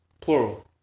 plural